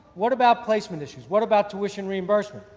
what about placement issues. what about division reimbutment?